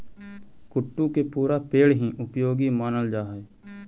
कुट्टू के पुरा पेड़ हीं उपयोगी मानल जा हई